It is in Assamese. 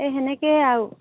এই তেনেকেই আৰু